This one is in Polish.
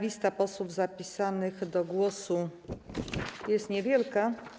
Lista posłów zapisanych do głosu jest niewielka.